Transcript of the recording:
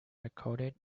recorded